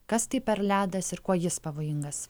kas tai per ledas ir kuo jis pavojingas